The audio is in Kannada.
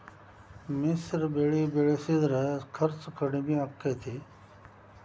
ಮಿಶ್ರ ಬೆಳಿ ಬೆಳಿಸಿದ್ರ ಖರ್ಚು ಕಡಮಿ ಆಕ್ಕೆತಿ?